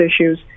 issues